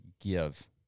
give